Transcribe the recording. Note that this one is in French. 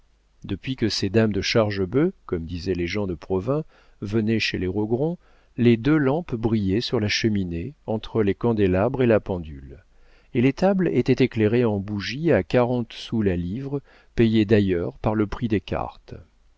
depuis que ces dames de chargebœuf comme disaient les gens de provins venaient chez les rogron les deux lampes brillaient sur la cheminée entre les candélabres et la pendule et les tables étaient éclairées en bougies à quarante sous la livre payées d'ailleurs par le prix des cartes